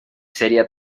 sería